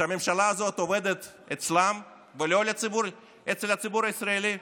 שהממשלה הזאת עובדת אצלם, ולא אצל הציבור הישראלי?